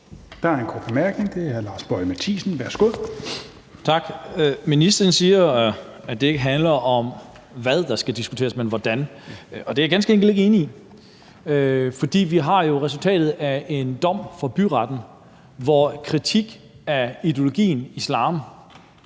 Mathiesen. Værsgo. Kl. 15:33 Lars Boje Mathiesen (NB): Tak. Ministeren siger, at det ikke handler om, hvad der skal diskuteres, men hvordan det skal diskuteres – og det er jeg ganske enkelt ikke enig i. For vi har jo resultatet af en sag i byretten, hvor kritik af ideologien islam